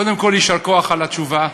קודם כול, יישר כוח על התשובה,